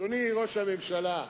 אדוני ראש הממשלה,